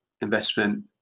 investment